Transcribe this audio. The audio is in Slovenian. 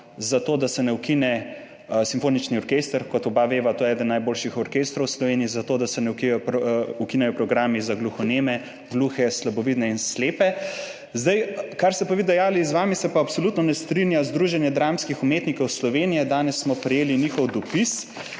zato da se ne ukine Simfoničnega orkestra, kot oba veva, je to eden najboljših orkestrov v Sloveniji, zato da se ne ukinejo programi za gluhoneme, gluhe, slabovidne in slepe. Kar ste pa vi dejali, z vami se pa absolutno ne strinja Združenje dramskih umetnikov Slovenije. Danes smo prejeli njihov dopis,